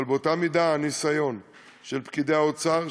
אבל באותה מידה הניסיון של פקידי האוצר,